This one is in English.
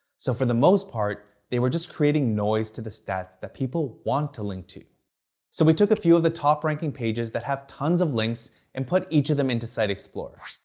so for the most part, they were just creating noise to the stats that people want to link to. so we took a few of the top ranking pages that have tons of links and put each of them into site explorer.